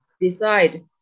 decide